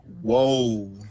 whoa